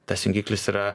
tas jungiklis yra